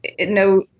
no